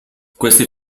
questi